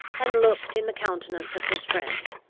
and looked in the countenance of his friend.